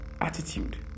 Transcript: Attitude